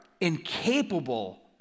incapable